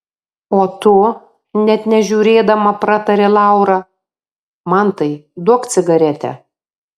o tu net nežiūrėdama pratarė laura mantai duok cigaretę